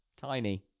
Tiny